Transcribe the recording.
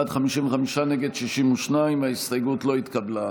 בעד, 55, נגד, 62. ההסתייגות לא התקבלה.